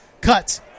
Cuts